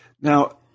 Now